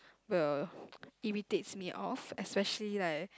well irritates me off especially like